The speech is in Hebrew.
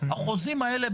החוזים האלה,